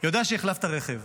יודע שהחלפת רכב.